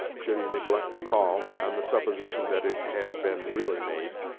should he neglect the call, on the supposition that it had been really made,